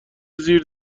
زیر